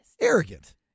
Arrogant